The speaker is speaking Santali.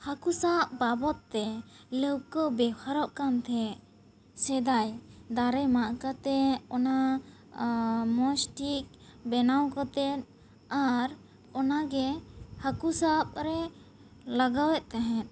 ᱦᱟᱹᱠᱩ ᱥᱟᱵ ᱵᱟᱵᱚᱛ ᱛᱮ ᱞᱟᱹᱣᱠᱟᱹ ᱵᱮᱣᱦᱟᱨᱚᱜ ᱠᱟᱱ ᱛᱟᱦᱮᱸ ᱥᱮᱫᱟᱭ ᱫᱟᱨᱮ ᱢᱟᱜ ᱠᱟᱛᱮᱫ ᱚᱱᱟ ᱢᱚᱡᱴᱷᱤᱠ ᱵᱮᱱᱟᱣ ᱠᱟᱛᱮᱫ ᱟᱨ ᱚᱱᱟ ᱜᱮ ᱦᱟᱹᱠᱩ ᱥᱟᱵ ᱨᱮ ᱞᱟᱜᱟᱣ ᱮᱫ ᱛᱟᱦᱮᱸᱫ